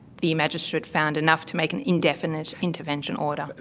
the magistrate found enough to make an indefinite intervention order.